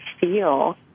feel